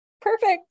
perfect